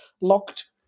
Locked